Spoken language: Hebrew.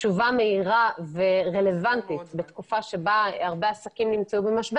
תשובה מהירה ורלוונטית בתקופה שבה הרבה עסקים נמצאו במשבר.